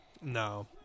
No